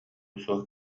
суох